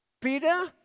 Peter